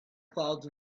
clouds